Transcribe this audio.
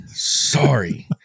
Sorry